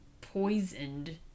poisoned